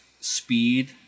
speed